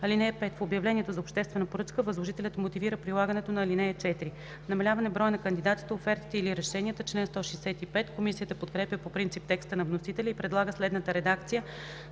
(5) В обявлението за обществена поръчка възложителят мотивира прилагането на ал. 4.” Член 165 – „Намаляване броя на кандидатите, офертите или решенията”. Комисията подкрепя по принцип текста на вносителя и предлага следната редакция